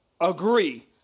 agree